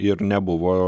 ir nebuvo